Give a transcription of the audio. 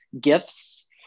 gifts